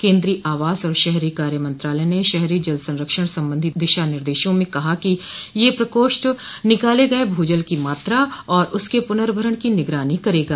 केन्द्रीय आवास और शहरी कार्य मंत्रालय ने शहरी जल संरक्षण संबंधी दिशा निर्देशों में कहा कि यह प्रकोष्ठ निकाले गये भू जल की मात्रा और उसके पनर्भरण की निगरानी करेगा